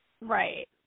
right